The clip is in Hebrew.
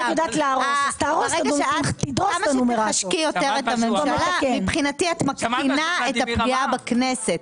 כמה שתחשקי יותר את הממשלה מבחינתי את מקטינה את הפגיעה בכנסת.